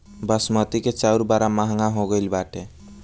बासमती के चाऊर बड़ा महंग हो गईल बाटे